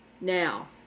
Now